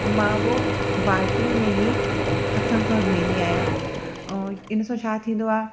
मां उहो बालिटीअ में ई हथनि सां धोईंदी आहियां अऊं इन सां छा थींदो आहे